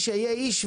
היה איש,